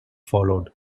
followed